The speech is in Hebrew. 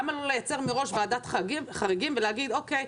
למה לא לייצר מראש ועדת חריגים ולהגיד: אוקי,